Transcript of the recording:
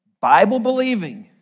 Bible-believing